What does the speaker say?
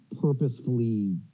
purposefully